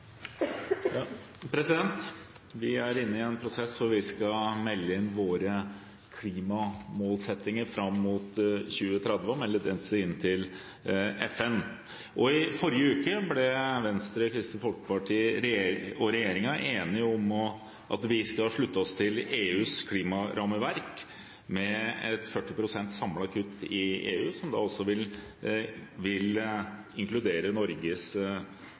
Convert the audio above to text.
inne i en prosess hvor vi skal melde inn våre klimamålsettinger fram mot 2030 til FN. I forrige uke ble Venstre, Kristelig Folkeparti og regjeringen enige om at vi skal slutte oss til EUs klimarammeverk, med et samlet kutt i EU på 40 pst., som vil inkludere Norges